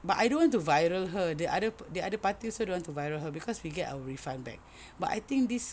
but I don't want to viral her the other the other parties also don't want to viral her cause we get our refund back but I think this